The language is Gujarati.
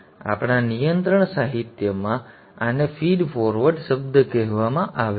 તેથી આપણા નિયંત્રણ સાહિત્યમાં આને ફીડ ફોરવર્ડ શબ્દ કહેવામાં આવે છે